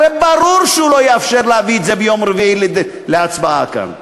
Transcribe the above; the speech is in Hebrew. הרי ברור שהוא לא יאפשר להביא את זה ביום רביעי להצבעה כאן.